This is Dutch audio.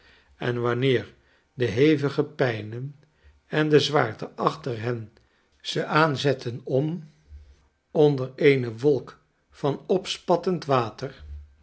en wanneer de hevige pijnen en de zwaarte achter hen ze aanzetten om onder eene wolk van opspattend water